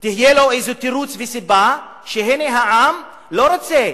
יהיה לו איזה תירוץ וסיבה שהנה העם לא רוצה.